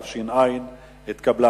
התש"ע 2010, נתקבל.